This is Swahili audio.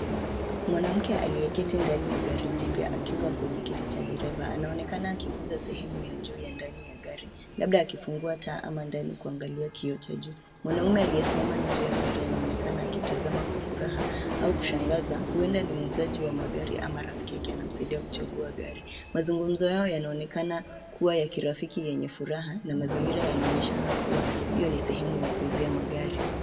Mwanamke aliyeketi ndani ya gari jipya akiwa kwenye kiti cha dereva, anaonekana akiguza sehemu ya juu ya ndani ya gari, labda akifungua taa ama ndani kuangalia kioo cha juu. Mwanaume aliyesimama nje ya gari anaonekana akitazama kwa furaha au kushangaza. Huenda ni muuzaji wa magari ama rafiki yake anamsaidia kuchagua gari. Mazungumzo yao yanaonekana kuwa ya kirafiki yenye furaha na mazingira yanaonyeshana kuwa hiyo ni sehemu ya kuuzia magari.